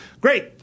Great